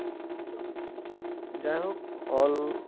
ᱡᱟᱭᱦᱳᱠ ᱚᱞ